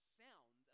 sound